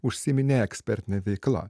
užsiiminėja ekspertine veikla